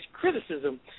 criticism